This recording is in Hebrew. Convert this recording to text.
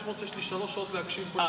יש לי שלוש שעות להקשיב, מדי פעם,